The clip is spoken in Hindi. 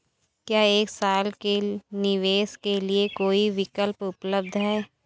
क्या एक साल के निवेश के लिए कोई विकल्प उपलब्ध है?